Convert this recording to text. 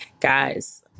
Guys